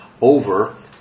over